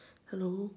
hello